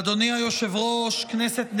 אדוני היושב-ראש, כנסת נכבדה,